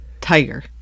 tiger